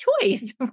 choice